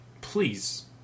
please